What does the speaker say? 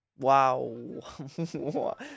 wow